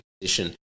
position